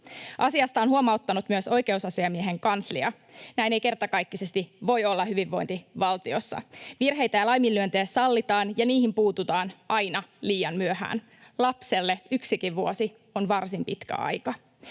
Asiasta on huomauttanut myös Oikeusasiamiehen kanslia. Näin ei kertakaikkisesti voi olla hyvinvointivaltiossa. Virheitä ja laiminlyöntejä sallitaan ja niihin puututaan aina liian myöhään. Lapselle yksikin vuosi on varsin pitkä aika.